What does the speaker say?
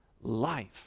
life